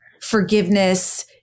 forgiveness